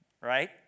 right